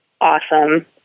awesome